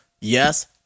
Yes